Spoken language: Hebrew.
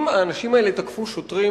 אם האנשים האלה תקפו שוטרים,